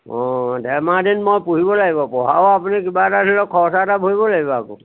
অঁ ডেৰ মাহ দিন মই পুহিব লাগিব বহাও আপুনি কিবা এটা ধৰি লওক খৰচা এটা ভৰিব লাগিব আকৌ